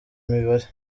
mibare